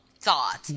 thought